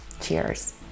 Cheers